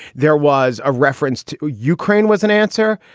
there was a reference to ukraine was an answer.